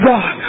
God